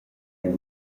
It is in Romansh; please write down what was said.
egl